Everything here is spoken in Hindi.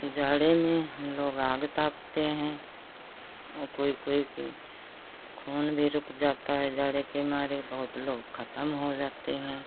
जाड़े में हम लोग आगर तापते हैं और कोई कोई के खून भी रुक जाता है जाड़े के मारे बहुत लोग ख़त्म हो जाते हैं